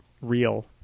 real